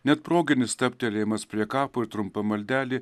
net proginis stabtelėjimas prie kapo ir trumpa maldelė